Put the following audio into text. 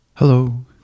Hello